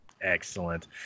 Excellent